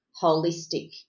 holistic